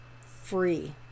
free